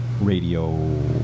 radio